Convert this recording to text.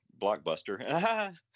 blockbuster